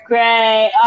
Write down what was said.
Great